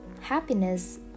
Happiness